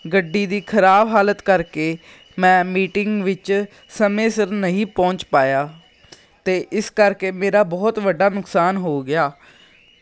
ਗੱਡੀ ਦੀ ਖ਼ਰਾਬ ਹਾਲਤ ਕਰਕੇ ਮੈਂ ਮੀਟਿੰਗ ਵਿੱਚ ਸਮੇਂ ਸਿਰ ਨਹੀਂ ਪਹੁੰਚ ਪਾਇਆ ਅਤੇ ਇਸ ਕਰਕੇ ਮੇਰਾ ਬਹੁਤ ਵੱਡਾ ਨੁਕਸਾਨ ਹੋ ਗਿਆ